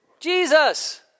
Jesus